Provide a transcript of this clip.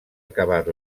acabat